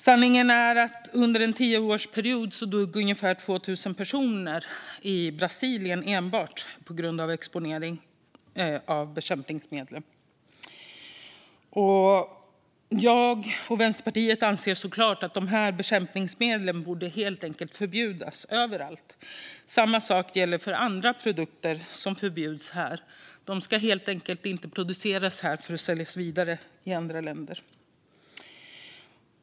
Sanningen är att det under en tioårsperiod dog ungefär 2 000 personer i Brasilien enbart på grund av exponering för bekämpningsmedlen. Jag och Vänsterpartiet anser såklart att dessa bekämpningsmedel helt enkelt borde förbjudas överallt. Samma sak gäller för andra produkter som förbjuds här. De ska helt enkelt inte produceras här för att säljas vidare i andra länder.